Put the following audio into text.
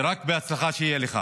ורק בהצלחה שיהיה לך.